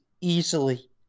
easily